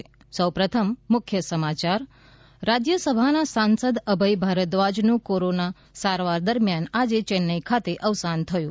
ત રાજયસભાના સાસંદ અભય ભારદ્રાજનું કોરોના સારવાર દરમિયાન આજે ચેન્નઇ ખાતે અવસાન થયુ